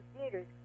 theaters